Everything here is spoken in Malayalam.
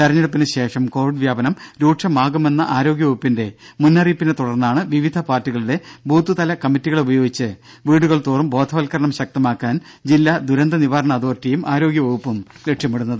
തിരഞ്ഞെടുപ്പിനുശേഷം കോവിഡ് വ്യാപനം രൂക്ഷമാകുമെന്ന ആരോഗ്യവകുപ്പിന്റെ മുന്നറിയിപ്പിനെ തുടർന്നാണ് വിവിധ പാർട്ടികളുടെ ബൂത്തുതല കമ്മിറ്റികളെ ഉപയോഗിച്ച് വീടുകൾ തോറും ബോധവത്കരണം ശക്തമാക്കാൻ ജില്ലാ ദുരന്ത നിവാരണ അതോറിറ്റിയും ആരോഗ്യവകുപ്പും ലക്ഷ്യമിടുന്നത്